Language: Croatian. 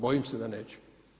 Bojim se da neće.